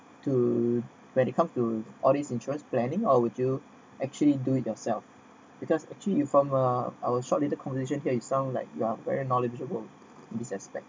to when it comes to all these insurances planning or would you actually do it yourself because actually you from uh our shortly the conversation here sounds like you are very knowledgeable in this aspect